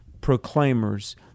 proclaimers